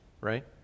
right